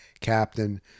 captain